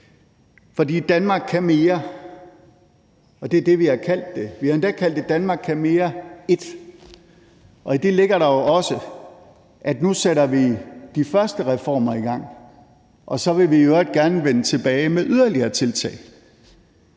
For Danmark kan mere, og det er det, vi har kaldt den. Vi har endda kaldt den »Danmark kan mere I«, og i det ligger der jo også, at nu sætter vi de første reformer i gang, og så vil vi i øvrigt gerne vende tilbage med yderligere tiltag.